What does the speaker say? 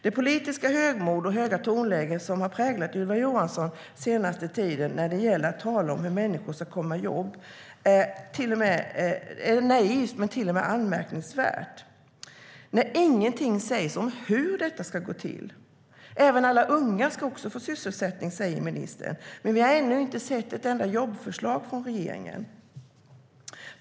Det politiska högmod och höga tonläge som har präglat Ylva Johansson under den senaste tiden när det gäller att tala om hur människor ska komma i jobb är naivt och till och med anmärkningsvärt. Ingenting sägs om hur detta ska gå till. Även alla unga ska få sysselsättning, säger ministern. Men vi har ännu inte sett ett enda jobbförslag från regeringen.